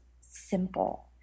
simple